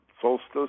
Solstice